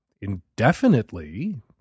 indefinitely